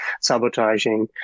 sabotaging